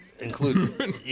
including